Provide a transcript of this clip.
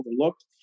overlooked